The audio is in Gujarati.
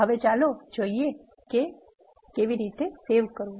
હવે ચાલો જોઈએ કે કેવી રીતે સેવ કરવું